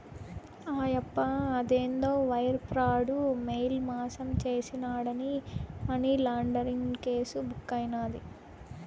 ఆయప్ప అదేందో wire fraud, mail మాసం చేసినాడాని మనీలాండరీంగ్ కేసు బుక్కైనాది